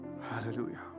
Hallelujah